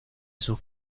sus